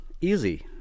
Easy